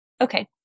Okay